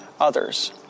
others